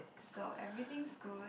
so everything's good